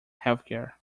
healthcare